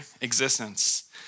existence